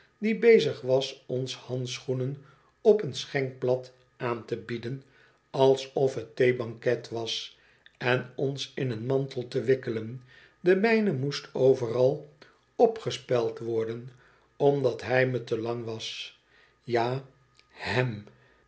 die bezig was ons handschoenen op een schenkblad aan te bieden alsof t theebanket was en ons in een mantel te wikkelen de mijne moest overal opgespeld worden omdat hij me te lang was ja hem